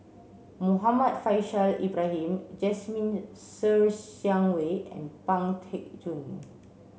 Muhammad Faishal Ibrahim Jasmine Ser Xiang Wei and Pang Teck Joon